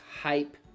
hype